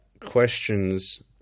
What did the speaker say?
questions